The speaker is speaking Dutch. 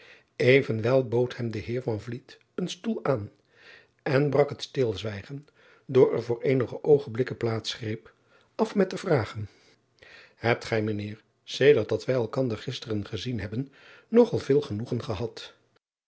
bood hem de eer een stoel aan en brak het stilzwijgen dat er voor eenige oogenblikken plaats greep af met te vragen ebt gij mijn eer sedert dat wij elkander gisteren gezien hebben nog al veel genoegen gehad